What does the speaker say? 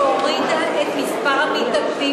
שהורידה את מספר המתאבדים